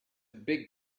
big